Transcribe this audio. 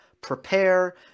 prepare